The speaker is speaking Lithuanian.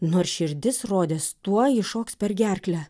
nors širdis rodės tuoj iššoks per gerklę